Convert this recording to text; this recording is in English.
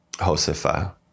Josefa